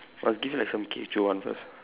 I'll give you like some K if you want first